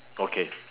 okay